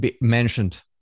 mentioned